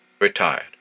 retired